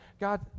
God